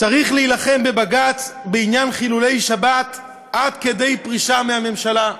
צריך להילחם בבג"ץ בעניין חילולי שבת עד כדי פרישה מהממשלה.